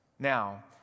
Now